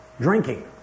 Drinking